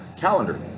Calendar